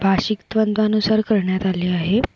भाषिक द्वंद्वानुसार करण्यात आले आहे